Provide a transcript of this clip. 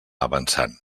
avançant